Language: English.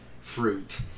fruit